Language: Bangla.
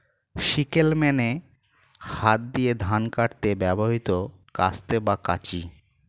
সিকেল মানে হাত দিয়ে ধান কাটতে ব্যবহৃত কাস্তে বা কাঁচি